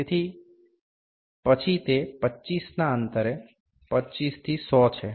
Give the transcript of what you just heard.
તેથી પછી તે 25 ના અંતરે 25 થી 100 છે